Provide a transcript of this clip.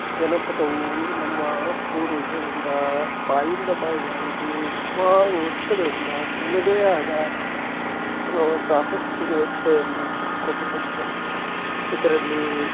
ಜನಪದವು ನಮ್ಮ ಪೂರ್ವಜರಿಂದ ಬಾಯಿಂದ ಬಾಯಿಗೆ ಹರಿದು ಸುಮಾರು ವರ್ಷಗಳಿಂದ ತನ್ನದೆ ಆದ ಪ್ರಾಶಸ್ತ್ಯತೆಯನ್ನು ಪಡೆದುಕೊಂಡು ಬಂದಿದೆ ಇದರಲ್ಲಿ